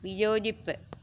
വിയോജിപ്പ്